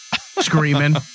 screaming